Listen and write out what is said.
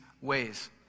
ways